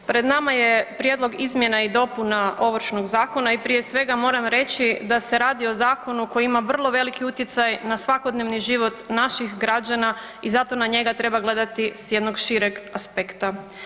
Pred nama je prijedlog izmjena i dopuna Ovršnog zakona i prije svega moram reći da se radi o zakonu koji ima vrlo veliki utjecaj na svakodnevni život naših građana i zato na njega treba gledati s jednog šireg aspekta.